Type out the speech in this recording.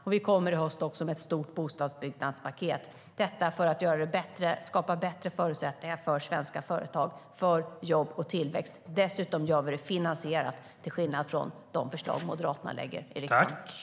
I höst kommer vi också med ett stort bostadsbyggnadspaket för att skapa bättre förutsättningar för svenska företag, för jobb och tillväxt. Dessutom gör vi det finansierat till skillnad från de förslag Moderaterna lägger fram i riksdagen.